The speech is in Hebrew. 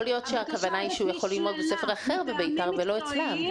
הבקשה הזאת נשללה מטעמים מקצועיים.